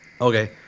Okay